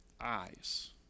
eyes